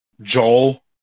Joel